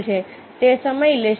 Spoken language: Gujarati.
તે સમય લેશે